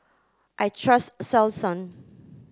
I trust Selsun